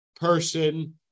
person